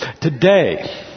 today